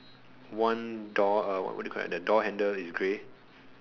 one door uh what do you call that the door handle is grey